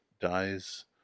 dies